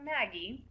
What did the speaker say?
Maggie